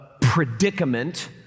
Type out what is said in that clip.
predicament